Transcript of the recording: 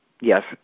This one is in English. Yes